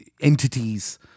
entities